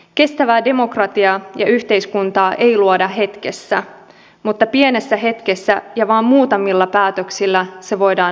kestävää demokratiaa ja yhteiskuntaa ei luoda hetkessä mutta pienessä hetkessä ja vaan muutamilla päätöksillä se voidaan romuttaa